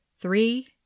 Three